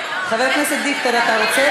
חבר הכנסת דיכטר, אתה רוצה?